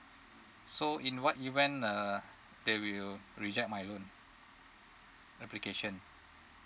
so in what event uh they will reject my loan application